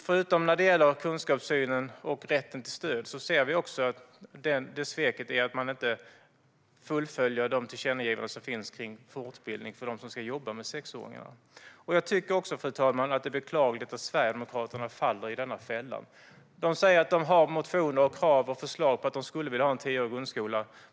Förutom när det gäller kunskapssynen och rätten till stöd ser vi ett svek där man inte fullföljer de tillkännagivanden som finns om fortbildning för dem som jobba med sexåringarna. Fru talman! Jag tycker också att det är beklagligt att Sverigedemokraterna faller i denna fälla. De säger att de har motioner, krav och förslag om att de skulle vilja ha en tioårig grundskola.